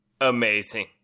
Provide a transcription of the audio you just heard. amazing